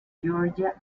georgia